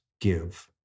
give